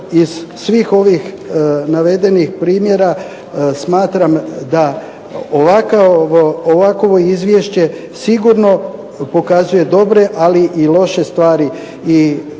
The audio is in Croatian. iz svih ovih navedenih primjera smatram da ovakovo izvješće sigurno pokazuje dobre, ali i loše stvari.